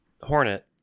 Hornet